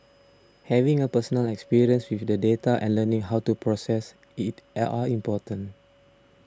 having a personal experience with the data and learning how to process it L are important